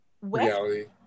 reality